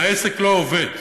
העסק לא עובד.